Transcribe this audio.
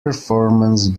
performance